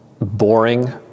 boring